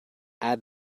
add